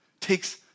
takes